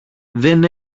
δεν